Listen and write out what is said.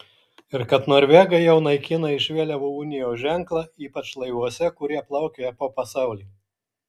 ir kad norvegai jau naikina iš vėliavų unijos ženklą ypač laivuose kurie plaukioja po pasaulį